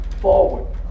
forward